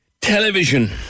Television